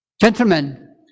gentlemen